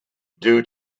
due